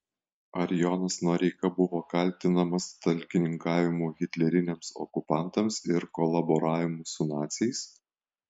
ar jonas noreika buvo kaltinamas talkininkavimu hitleriniams okupantams ir kolaboravimu su naciais